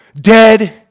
dead